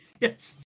Yes